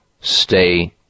stay